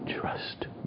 trust